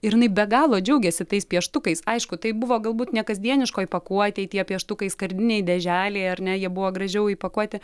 ir jinai be galo džiaugėsi tais pieštukais aišku tai buvo galbūt nekasdieniškoj pakuotėj tie pieštukai skardinėj dėželėj ar ne jie buvo gražiau įpakuoti